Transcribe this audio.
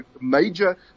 major